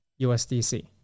USDC